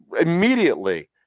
Immediately